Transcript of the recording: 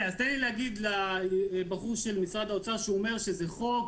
תן לי להגיד לבחור של משרד האוצר שאומר שזה חוק,